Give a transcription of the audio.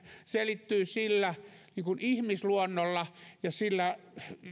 selittyy ihmisluonnolla ja sillä